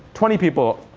twenty people.